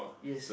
yes